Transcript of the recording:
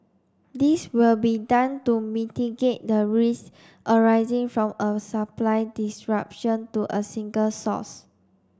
this will be done to mitigate the risk arising from a supply disruption to a single source